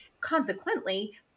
consequently